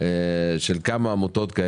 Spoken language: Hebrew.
של כמה עמותות.